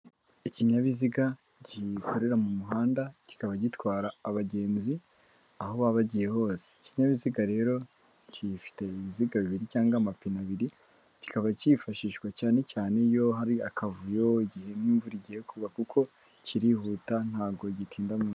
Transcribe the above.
Ikinyabiziga gikorera mu muhanda kikaba gitwara abagenzi aho baba bagiye hose, ikinyabiziga rero gifite ibiziga bibiri cyangwa amapine abiri, kikaba cyifashishwa cyane cyane iyo hari akavuyo igihe nk'imvura igiye kugwa kuko kirihuta ntago gitinda mu nzira.